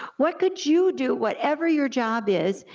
what could you do, whatever your job is,